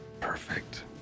Perfect